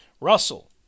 russell